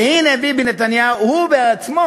והנה, ביבי נתניהו, הוא בעצמו,